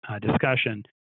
discussion